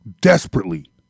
desperately